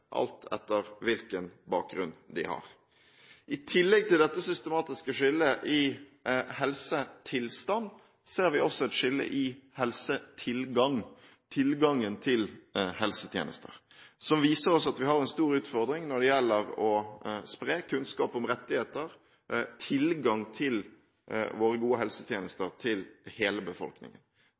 alt etter hvilken bakgrunn de har. I tillegg til dette systematiske skillet i helsetilstand ser vi også et skille i helsetilgang, tilgangen til helsetjenester, som viser oss at vi har en stor utfordring når det gjelder å spre kunnskap om rettigheter, tilgang til våre gode helsetjenester til hele befolkningen.